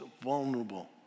vulnerable